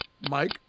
mike